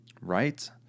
right